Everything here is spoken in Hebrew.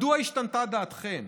מדוע השתנתה דעתכם?